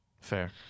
Fair